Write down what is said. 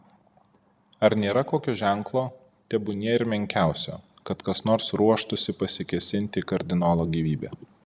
ar nėra kokio ženklo tebūnie ir menkiausio kad kas nors ruoštųsi pasikėsinti į kardinolo gyvybę